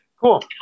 Cool